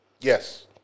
yes